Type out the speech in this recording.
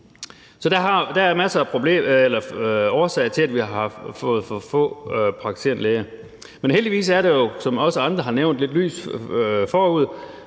der er masser af årsager til, at vi har for få praktiserende læger. Men heldigvis er der jo, som andre også har nævnt, lidt lys forude.